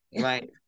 Right